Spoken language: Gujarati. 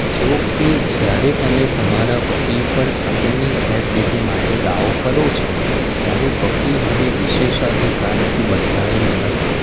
જો કે જ્યારે તમે તમારા વકીલ પર કાનૂની ગેરરીતિ માટે દાવો કરો છો ત્યારે વકીલ હવે વિશેષાધિકારથી બંધાયેલ નથી